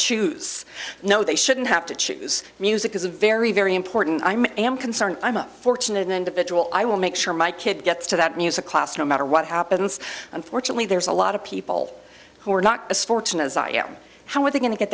choose no they shouldn't have to choose music is a very very important i'm am concerned i'm a fortunate individual i will make sure my kid gets to that music class no matter what happens unfortunately there's a lot of people who are not as fortunate as i how are they going to get